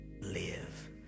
live